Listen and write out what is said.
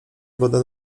wodę